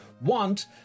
want